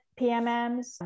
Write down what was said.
PMMs